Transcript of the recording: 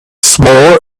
swore